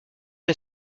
est